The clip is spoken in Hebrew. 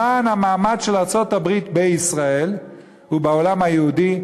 למען המעמד של ארצות-הברית בישראל ובעולם היהודי,